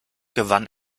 gewann